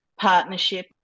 partnership